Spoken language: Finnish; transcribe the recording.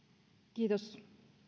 kiitos